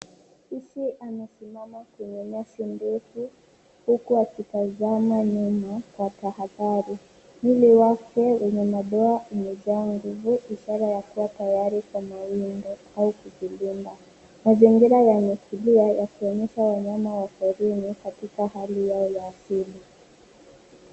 Fisi amesimama kwenye nyasi ndefu huku akitazama nyuma kwa tahadhari. Mwili wake wenye madoa umejaa nguvu ishara ya kuwa tayari kwa mawindo au kujilinda. Mazingira yametulia kuonyesha wanyama wa porini katika hali yao ya asili.